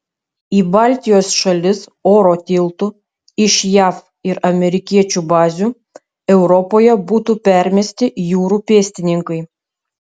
į baltijos šalis oro tiltu iš jav ir amerikiečių bazių europoje būtų permesti jūrų pėstininkai